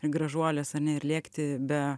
gražuolės ar ne ir lėkti be